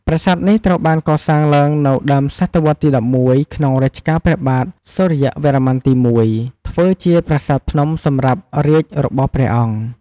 ប្រាសាទនេះត្រូវបានកសាងឡើងនៅដើមសតវត្សរ៍ទី១១ ក្នុងរជ្ជកាលព្រះបាទសូរ្យវរ្ម័នទី១ ធ្វើជាប្រាសាទភ្នំសម្រាប់រាជរបស់ព្រះអង្គ។